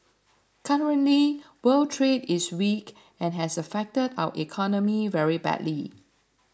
currently world trade is weak and has affected our economy very badly